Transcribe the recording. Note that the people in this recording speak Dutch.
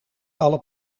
alle